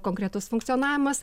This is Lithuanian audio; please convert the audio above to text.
konkretus funkcionavimas